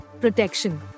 Protection